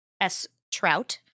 S-Trout